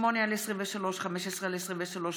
התש"ף 2020,